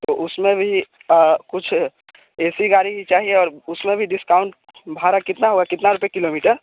तो उसमें भी कुछ ए सी गाड़ी चाहिए और उसमें भी डिस्काउंट भाड़ा कितना होगा कितने रुपये किलोमीटेर